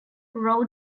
raw